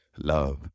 love